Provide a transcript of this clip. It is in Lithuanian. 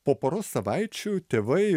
po poros savaičių tėvai